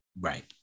Right